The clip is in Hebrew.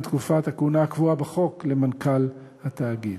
תקופת הכהונה הקבועה בחוק למנכ"ל התאגיד.